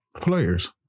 players